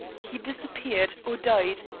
he disappeared, or died,